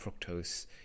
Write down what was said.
fructose